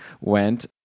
went